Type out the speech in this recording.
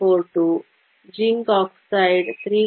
42 zinc oxide 3